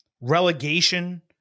relegation